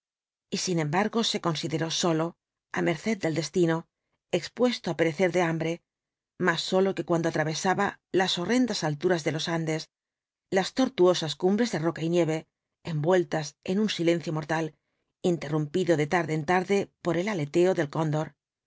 y sin embargo se consideró solo á merced del destino expuesto á perecer de hambre más solo que cuando atravesaba las horrendas alturas de los andes las tortuosas cumbres de roca y nieve envueltas en un silencio mortal interrumpido de tarde en tarde por el aleteo del cóndor